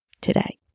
today